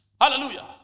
Hallelujah